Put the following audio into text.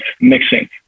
mixing